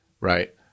right